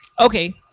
Okay